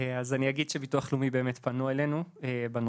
אז אני אגיד שהביטוח הלאומי באמת פנו אלינו בנושא,